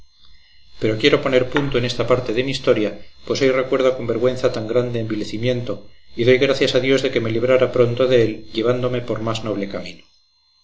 pero quiero poner punto en esta parte de mi historia pues hoy recuerdo con vergüenza tan grande envilecimiento y doy gracias a dios de que me librara pronto de él llevándome por más noble camino